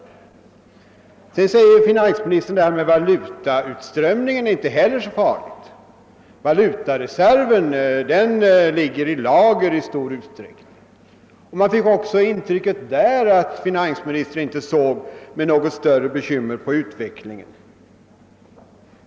Sedan sade finansministern att detta med valutautströmningen inte heller är så farligt — valutareserven ligger i stor utsträckning i lager. Man fick också där det intrycket att finansministern inte såg med några större bekymmer på utvecklingen.